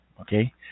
okay